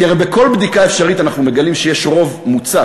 כי הרי בכל בדיקה אפשרית אנחנו מגלים שיש רוב מוצק,